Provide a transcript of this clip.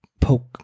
poke